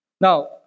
Now